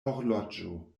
horloĝo